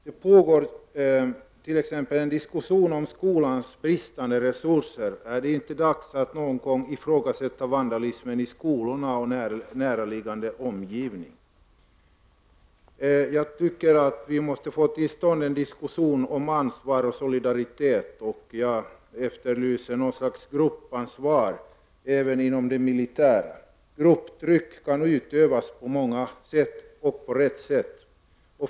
Det pågår t.ex. en diskussion om skolans bristande resurser. Är det inte dags att någon gång ifrågasätta vandalismen i skolorna och i deras omgivningar? Jag anser att vi måste få till stånd en diskussion om ansvar och solidaritet. Jag efterlyser något slags gruppansvar även inom det militära. Grupptrycket kan utövas på många sätt.